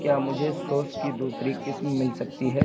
کیا مجھے سوس کی دوسری قسم مل سکتی ہے